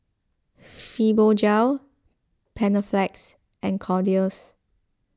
Fibogel Panaflex and Kordel's